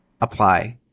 apply